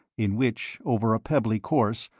in which, over a pebbly course,